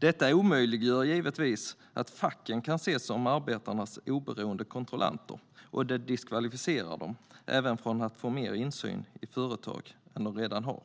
Detta omöjliggör givetvis att facken kan ses som arbetarnas oberoende kontrollanter, och det diskvalificerar dem även från att få mer insyn i företag än de redan har.